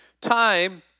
time